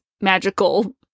magical